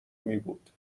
میبود